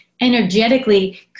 energetically